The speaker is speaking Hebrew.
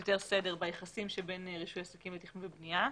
יותר סדר ביחסים שבין רישוי עסקים לתכנון ובנייה.